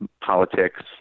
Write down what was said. politics